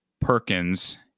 Perkins